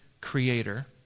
creator